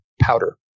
powder